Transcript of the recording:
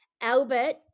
Albert